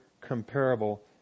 comparable